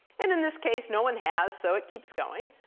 and in this case, no one has, so it keeps going.